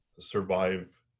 survive